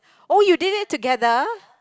oh you did it together